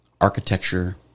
architecture